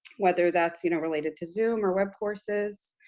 whether that's you know related to zoom or webcourses,